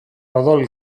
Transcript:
odol